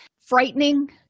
Frightening